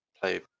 play